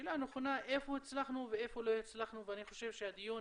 השאלה הנכונה איפה הצלחנו ואיפה לא הצלחנו ואני חושב שהדיון